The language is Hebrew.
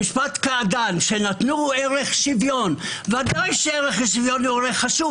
במשפט קעדאן כשנתנו ערך שוויון, ודאי שהוא חשוב,